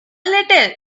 little